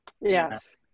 yes